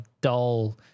dull